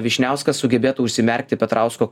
vyšniauskas sugebėtų užsimerkti petrausko